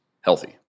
healthy